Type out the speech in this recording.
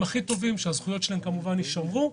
שיעבדו ושהזכויות שלהם יישמרו,